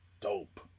Dope